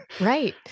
right